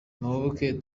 muyoboke